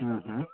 हुँ हुँ